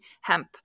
hemp